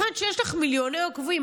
אחת שיש לה מיליוני עוקבים,